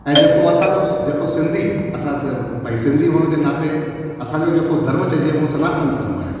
ऐं जेको असांजो जेको सिंधी असां सभु बई सिंधी हुजण जे नाते असांजो जेको धर्म चइजे हूअ सनातन धर्म आहे